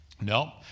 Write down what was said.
No